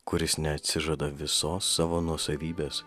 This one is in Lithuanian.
kuris neatsižada visos savo nuosavybės